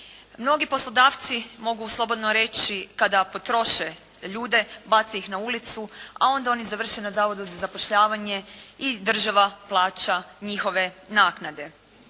Mnogi poslodavci, mogu slobodno reći, kada potroše ljude, bace ih na ulicu, a onda oni završe na Zavodu za zapošljavanje i država plaća njihove naknade.